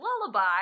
Lullaby